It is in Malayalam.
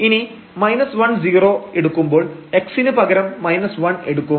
ഇനി 10 എടുക്കുമ്പോൾ x ന് പകരം 1 എടുക്കും